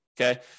Okay